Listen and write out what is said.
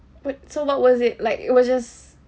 but so what was it like it was just